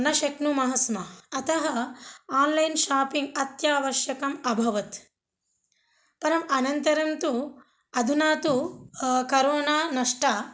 न शक्नुमः स्म अतः ओन्लैन् शोपिङ्ग् अपि अत्यावश्यकम् अभवत् परं अनन्तरं तु अधुना तु करोना नष्टा